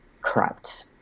corrupt